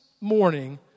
morning